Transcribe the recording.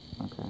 okay